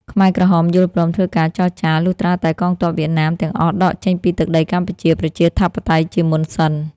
ខ្មែរក្រហមយល់ព្រមធ្វើការចរចា លុះត្រាតែកងទ័ពវៀតណាមទាំងអស់ដកចេញពីទឹកដីកម្ពុជាប្រជាធិបតេយ្យជាមុនសិន។